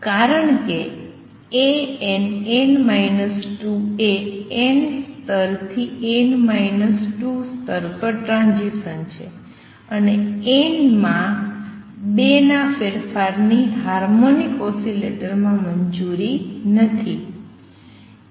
કારણ કે એ n સ્તર થી n 2 સ્તર પર ટ્રાંઝીસન છે અને n માં 2 ના ફેરફાર ની હાર્મોનિક ઓસિલેટરમાં મંજૂરી નથી